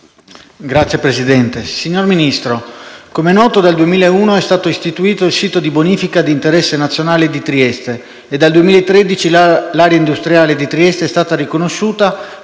Signor Ministro, come è noto, dal 2001 è stato istituito il sito di bonifica di interesse nazionale di Trieste e dal 2013 l'area industriale di Trieste è stata riconosciuta